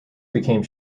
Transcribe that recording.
became